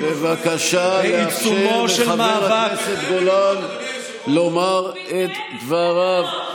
בבקשה לאפשר לחבר הכנסת גולן לומר את דבריו.